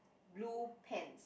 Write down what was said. blue pants